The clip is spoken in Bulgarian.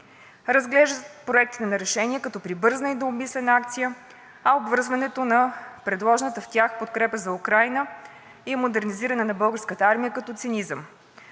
Разглеждат проектите на решение като прибързана и необмислена акция, а обвързването на предложената в тях подкрепа за Украйна и модернизиране на Българската армия като цинизъм.